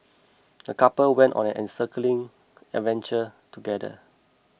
the couple went on an enriching adventure together